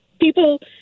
people